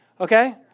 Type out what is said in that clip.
Okay